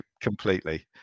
completely